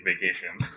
vacation